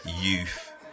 youth